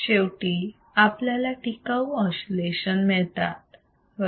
शेवटी आपल्याला टिकाऊ ऑसिलेशन मिळतात बरोबर